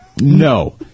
No